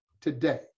today